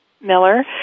Miller